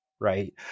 right